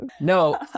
No